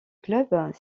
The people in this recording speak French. club